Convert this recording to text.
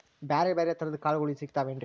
ಬ್ಯಾರೆ ಬ್ಯಾರೆ ತರದ್ ಕಾಳಗೊಳು ಸಿಗತಾವೇನ್ರಿ?